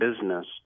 business